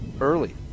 early